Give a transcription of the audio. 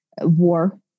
war